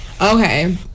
Okay